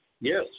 Yes